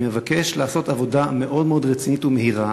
אני מבקש לעשות עבודה מאוד מאוד רצינית ומהירה,